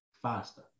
faster